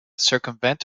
circumvent